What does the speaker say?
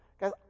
Guys